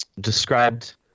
described